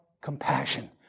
compassion